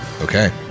Okay